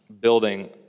building